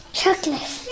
chocolate